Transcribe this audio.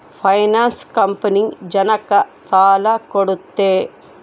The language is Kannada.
ಫೈನಾನ್ಸ್ ಕಂಪನಿ ಜನಕ್ಕ ಸಾಲ ಕೊಡುತ್ತೆ